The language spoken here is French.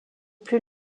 plus